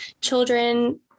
children